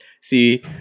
see